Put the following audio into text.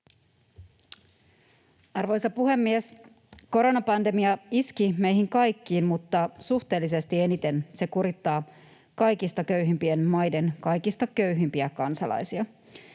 Arvoisa puhemies! Koronapandemia iski meihin kaikkiin, mutta suhteellisesti eniten se kurittaa kaikista köyhimpien maiden kaikista köyhimpiä kansalaisia.